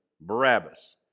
Barabbas